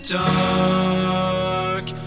dark